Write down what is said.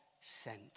sent